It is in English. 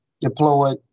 deployed